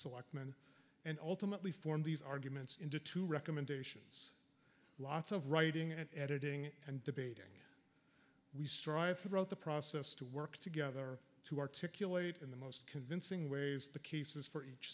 selectmen and ultimately form these arguments into two recommendations lots of writing and editing and debating we strive throughout the process to work together to articulate in the most convincing ways the cases